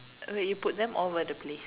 wait you put them all over the place